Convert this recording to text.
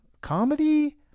comedy